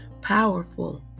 powerful